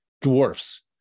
dwarfs